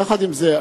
יחד עם זה,